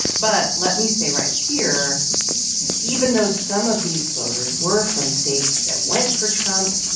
but let me say right here even though some of these voters were from states that went for trump,